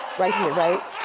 right here, right?